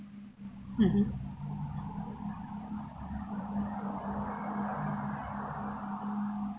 mmhmm